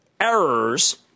errors